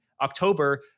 October